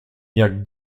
jak